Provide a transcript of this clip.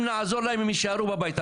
אם נעזור להם הם יישארו בבית,